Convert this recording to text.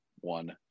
one